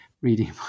reading